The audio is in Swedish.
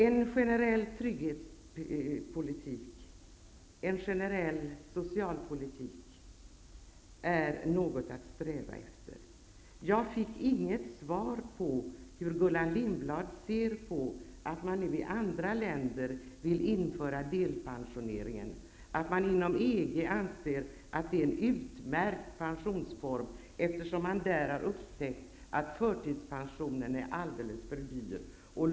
En generell trygghets och socialpolitik är något att sträva efter. Jag fick inget svar på hur Gullan Lindblad ser på att andra länder vill införa systemet med delpension. Inom EG anses det vara en utmärkt pensionsform, eftersom man där upptäckt att förtidspensionen är alldeles för dyr.